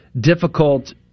difficult